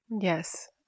Yes